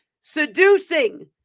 seducing